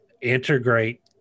integrate